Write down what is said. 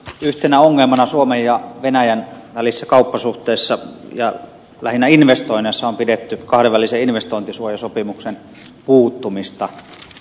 yhtenä ongelmana suomen ja venäjän välisissä kauppasuhteissa ja lähinnä investoinneissa on pidetty kahdenvälisen investointisuojasopimuksen puuttumista